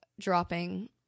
dropping